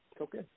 Okay